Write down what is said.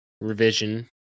revision